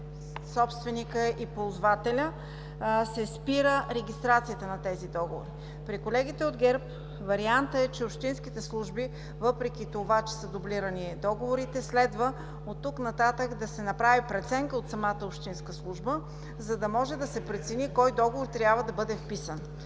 собственикът и ползвателят, се спира регистрацията на тези договори. При колегите от ГЕРБ вариантът е, че общинските служби – въпреки това, че са дублирани договорите, следва оттук нататък да се направи преценка от самата общинска служба, за да може да се прецени кой договор трябва да бъде вписан.